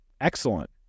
excellent